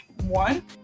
one